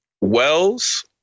Wells